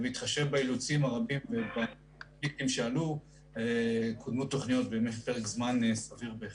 בהתחשב באילוצים הרבים קודמו תוכניות בפרק זמן סביר בהחלט.